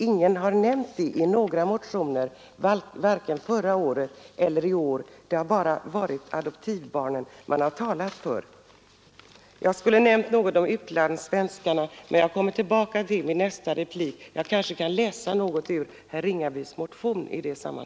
Ingen har nämnt dessa ömmande fall i några motioner vare sig förra året eller i år. Det har bara varit adoptivbarnen man har talat för.